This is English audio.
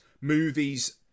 movies